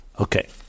Okay